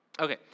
Okay